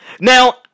Now